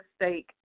mistake